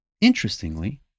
Interestingly